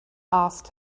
asked